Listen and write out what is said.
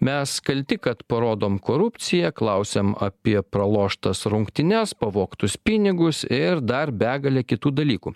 mes kalti kad parodom korupciją klausiam apie praloštas rungtynes pavogtus pinigus ir dar begalę kitų dalykų